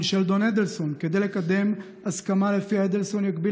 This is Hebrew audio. שלדון אדלסון "כדי לקדם הסכמה לפיה אדלסון יגביל